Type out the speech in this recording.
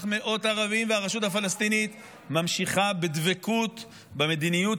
והרשות הפלסטינית ממשיכה בדבקות במדיניות